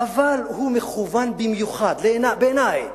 אבל הוא מכוון במיוחד, בעיני,